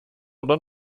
oder